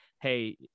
hey